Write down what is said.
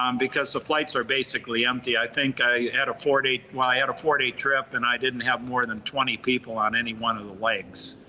um because the flights are basically empty. i think i had a four day, well i had a four day trip and i didn't have more than twenty people on any one of the legs.